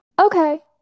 okay